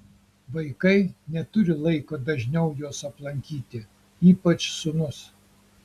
vaikai neturi laiko dažniau jos aplankyti ypač sūnus